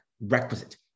requisite